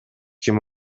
ким